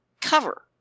cover